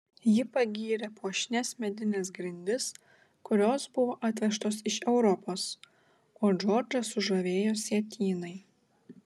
ji pagyrė puošnias medines grindis kurios buvo atvežtos iš europos o džordžą sužavėjo sietynai